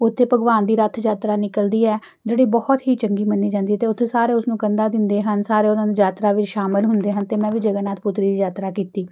ਉੱਥੇ ਭਗਵਾਨ ਦੀ ਰੱਥ ਯਾਤਰਾ ਨਿਕਲਦੀ ਹੈ ਜਿਹੜੀ ਬਹੁਤ ਹੀ ਚੰਗੀ ਮੰਨੀ ਜਾਂਦੀ ਅਤੇ ਉੱਥੇ ਸਾਰੇ ਉਸਨੂੰ ਕੰਧਾ ਦਿੰਦੇ ਹਨ ਸਾਰੇ ਉਹਨਾਂ ਨੂੰ ਯਾਤਰਾ ਵਿੱਚ ਸ਼ਾਮਿਲ ਹੁੰਦੇ ਹਨ ਅਤੇ ਮੈਂ ਵੀ ਜਗਨਨਾਥ ਪੁਰੀ ਦੀ ਯਾਤਰਾ ਕੀਤੀ